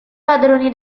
padroni